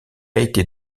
été